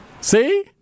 See